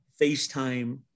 FaceTime